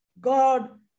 God